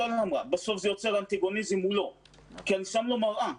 ובסוף זה יוצר אנטגוניזם מולו כי אני שם לו מראה.